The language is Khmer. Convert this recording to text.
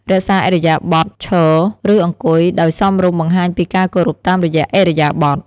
រក្សាឥរិយាបថឈរ ឬអង្គុយដោយសមរម្យបង្ហាញពីការគោរពតាមរយៈឥរិយាបថ។